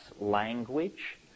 language